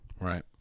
right